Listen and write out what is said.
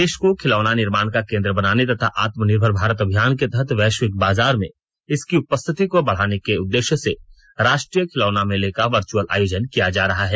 देश को खिलौना निर्माण का केन्द्र बनाने तथा आत्मनिर्भर भारत अभियान के तहत वैश्विक बाजार में इसकी उपस्थिति को बढ़ाने के उद्देश्य से राष्ट्रीय खिलौना मेले का वर्चअल आयोजन किया जा रहा है